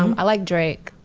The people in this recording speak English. um i like drake.